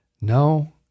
No